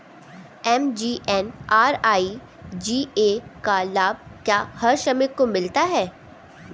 MGNREGA का लाभ क्या हर श्रमिक को मिलता है?